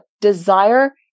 desire